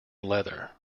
leather